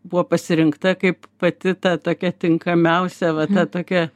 buvo pasirinkta kaip pati ta tokia tinkamiausia va ta tokia